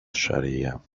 shariah